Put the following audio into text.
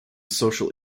social